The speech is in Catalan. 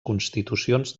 constitucions